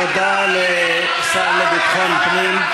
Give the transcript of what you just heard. תודה לשר לביטחון פנים.